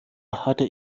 hatte